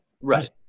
right